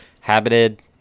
habited